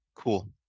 Cool